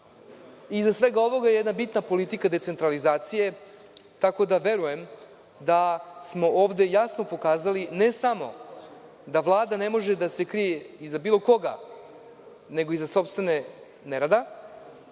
svega ovoga je jedna bitna politika decentralizacije. Verujem da smo ovde jasno pokazali, ne samo da Vlada ne može da se krije iza bilo koga, nego iza sopstvenog nerada.